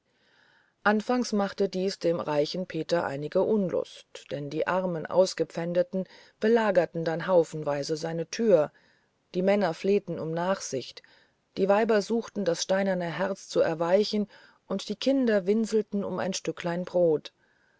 anfangs machte dies dem reichen peter einige unlust denn die armen ausgepfändeten belagerten dann haufenweise seine türe die männer flehten um nachsicht die weiber suchten das steinerne herz zu erweichen und die kinder winselten um ein stücklein brot